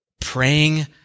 praying